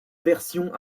version